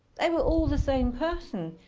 they were all the same person.